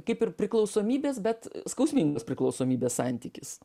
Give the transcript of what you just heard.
kaip ir priklausomybės bet skausmingas priklausomybės santykis